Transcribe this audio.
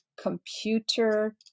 computer